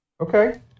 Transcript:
Okay